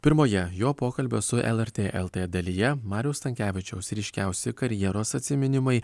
pirmoje jo pokalbio su lrt lt dalyje mariaus stankevičiaus ryškiausi karjeros atsiminimai